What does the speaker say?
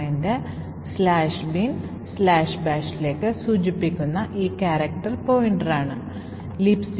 അതിനാൽ gs 20 ൽ ഉള്ള യഥാർത്ഥ ഡാറ്റയുടെ EX OR EDX രജിസ്റ്ററിലേതിന് സമാനമാണോയെന്ന് പരിശോധിച്ചാണ് ഇത് ചെയ്യുന്നത്